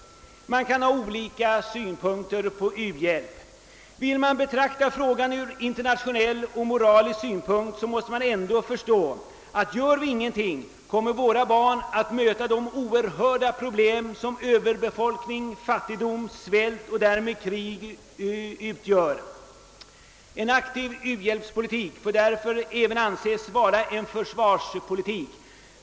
Man kan ha olika synpunkter på u-hjälp. Vill man inte betrakta frågan från internationell och moralisk synpunkt måste man ändå förstå att, om vi inte gör någonting, kommer våra barn att möta de oerhörda problem som Ööverbefolkning, fattigdom, svält och därmed krig utgör. En aktiv u-hjälpspolitik får därför även anses vara en god försvarspolitik.